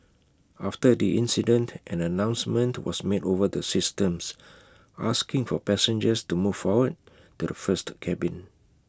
after the incident an announcement was made over the systems asking for passengers to move forward to the first cabin